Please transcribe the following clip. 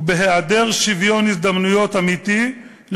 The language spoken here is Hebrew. ובהיעדר שוויון הזדמנויות אמיתי,